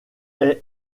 est